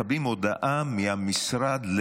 מקבלים הודעה מהמשרד,